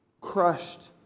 crushed